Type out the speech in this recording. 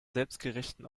selbstgerechten